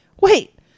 wait